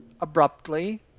abruptly